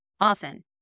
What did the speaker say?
Often